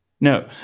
No